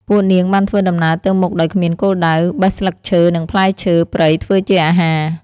ពួកនាងបានធ្វើដំណើរទៅមុខដោយគ្មានគោលដៅ បេះស្លឹកឈើ និងផ្លែឈើព្រៃធ្វើជាអាហារ។